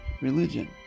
religion